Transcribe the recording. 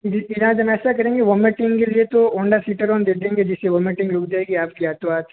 जी फिर आज हम ऐसा करेंगे वोमिटिंग के लिए तो ऑंडासीटरऑन दे देंगे जिस से वोमिटिंग रुक जाएगी आप की आज तो आज